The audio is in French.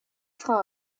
freins